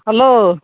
hello